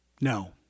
no